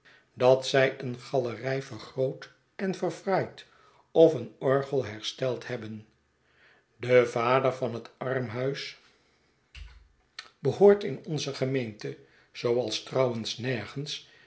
dat zij een galerij vergroot en verfraaid of een orgel hersteld hebben de vader van het armhuis behoort in onze gemeente zooals trouwens nergens